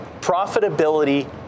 Profitability